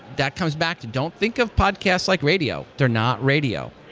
that comes back to don't think of podcast like radio. they're not radio.